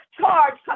charge